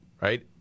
right